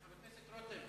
חבר הכנסת רותם,